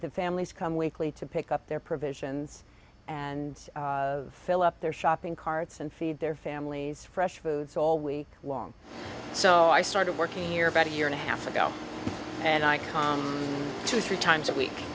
the families come weekly to pick up their provisions and fill up their shopping carts and feed their families fresh foods all week long so i started working here about a year and a half ago and i come to three times a week